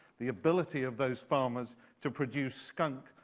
the ability of those farmers to produce skunk,